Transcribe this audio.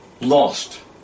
lost